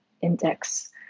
index